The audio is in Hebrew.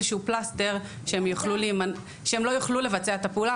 שהוא פלסטר שהם לא יוכלו לבצע את הפעולה,